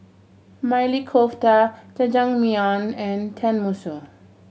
Maili Kofta Jajangmyeon and Tenmusu